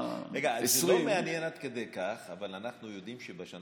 רגע, לא מעניין עד כדי כך, אבל אנחנו יודעים שהשנה